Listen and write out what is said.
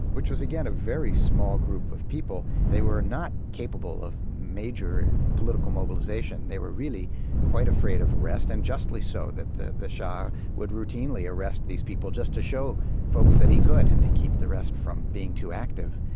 which was again a very small group of people. they were not capable of major political mobilisation, they were really quite afraid of arrest, and justly so that the the shah would routinely arrest these people just to show folks that he could, and to keep the rest from being too active.